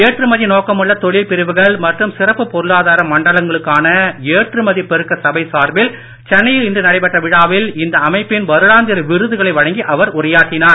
ஏற்றுமதி நோக்கழுள்ள தொழில் பிரிவுகள் மற்றும் சிறப்பு பொருளாதார மண்டலங்களுக்கான ஏற்றுமதி பெருக்க சபை சார்பில் சென்னையில் இன்று நடைபெற்ற விழாவில் இந்த அமைப்பின் வருடாந்திர விருதுகளை வழங்கி அவர் உரையாற்றினார்